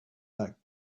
that